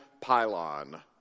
pylon